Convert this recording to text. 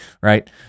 right